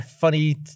funny